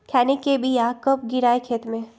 खैनी के बिया कब गिराइये खेत मे?